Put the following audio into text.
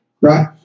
Right